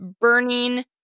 burning